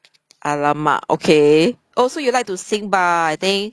!alamak! okay oh so you like to sing bah I think